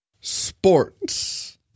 Sports